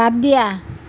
বাদ দিয়া